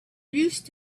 used